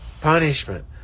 punishment